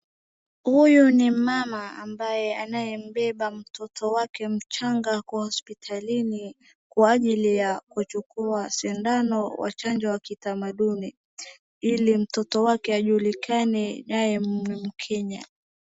Huyu ni mama ambaye anayembeba mtoto wake mchanga kwa hospitalini kwa ajili ya kuchukua sindano wa chanjo ya kitamaduni, ili mtoto wake ajulikane nawe mKenya.